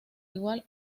igual